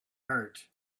heart